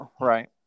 Right